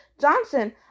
Johnson